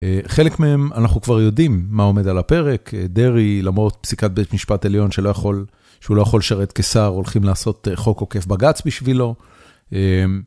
אה.. חלק מהם אנחנו כבר יודעים מה עומד על הפרק, אה.. דרעי, למרות פסיקת בית משפט עליון שהוא לא יכול לשרת כשר, הולכים לעשות חוק עוקף בגץ בשבילו.